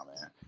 man